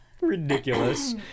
Ridiculous